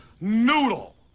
noodle